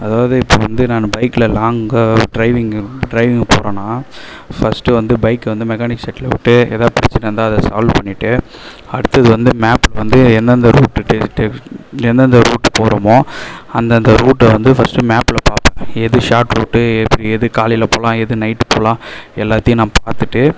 அதாவது இப்போ வந்து நான் பைக்கில லாங்காக ட்ரைவிங்கு ட்ரைவிங் போகறேன்னா ஃபர்ஸ்ட்டு வந்து பைக்கை வந்து மெக்கானிக் செட்டில் விட்டு எதா பிரச்சனை இருந்தால் அதை சால்வ் பண்ணிவிட்டு அடுத்தது வந்து மேப்பில் வந்து எந்தெந்த ரூட்டு டே டே எந்தெந்த ரூட் போகறோமோ அந்தந்த ரூட்டை வந்து ஃபர்ஸ்ட்டு மேப்பில் பார்ப்பேன் எது சார்ட் ரூட்டு எப்படி எது காலையில் போகலாம் எது நைட்டு போகலாம் எல்லாத்தையும் நான் பார்த்துட்டு